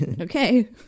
Okay